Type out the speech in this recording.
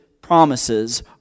promises